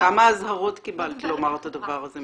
--- כמה אזהרות קיבלת לומר את הדבר הזה,